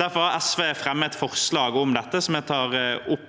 Derfor har SV fremmet forslag om dette, som jeg tar opp